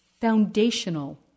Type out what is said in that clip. foundational